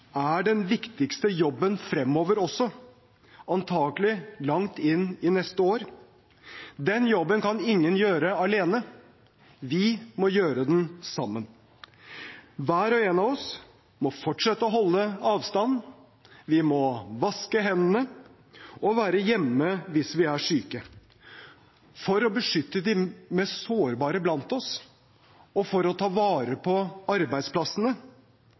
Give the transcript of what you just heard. er den viktigste jobben fremover også, antakelig langt inn i neste år. Den jobben kan ingen gjøre alene. Vi må gjøre den sammen. Hver og en av oss må fortsette å holde avstand, vi må vaske hendene og være hjemme hvis vi er syke, for å beskytte de mest sårbare blant oss, for å ta vare på arbeidsplassene,